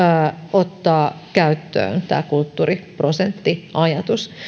ottaa käyttöön tämä kulttuuriprosenttiajatus